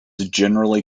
generally